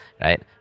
right